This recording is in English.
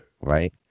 Right